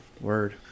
Word